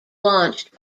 launched